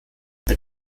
mit